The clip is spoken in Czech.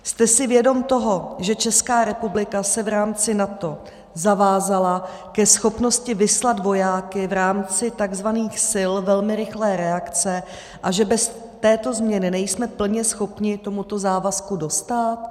Jste si vědom toho, že Česká republika se v rámci NATO zavázala ke schopnosti vyslat vojáky v rámci tzv. sil velmi rychlé reakce a že bez této změny nejsme plně schopni tomuto závazku dostát?